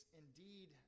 indeed